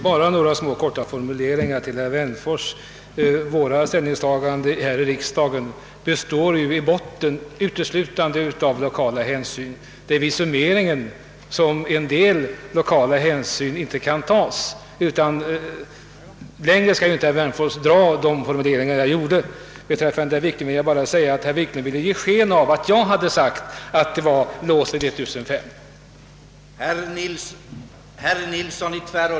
Herr talman! Till herr Wennerfors vill jag säga att det vid våra ställningstaganden här i riksdagen finns i botten uteslutande lokala hänsyn. Det är vid summeringen som en del lokala hänsyn inte kan tas. Längre skall inte herr Wennerfors dra mina formuleringar. Herr Wiklund ville ge sken av att jag hade sagt att vi hade låst tillskottet vid 1500.